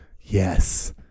yes